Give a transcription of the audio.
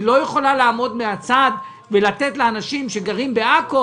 היא לא יכולה לעמוד מן הצד ולתת לאנשים שגרים בעכו